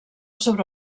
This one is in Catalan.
sobre